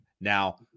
Now